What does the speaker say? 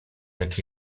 jak